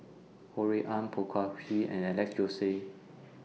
Ho Rui An Poh Kay Swee and Alex Josey